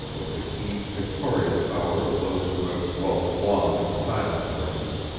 with the keen pictorial power of those who have dwelt long in the silent places,